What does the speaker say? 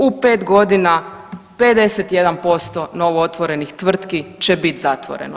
U 5 godina 51% novootvorenih tvrtki će biti zatvoreno.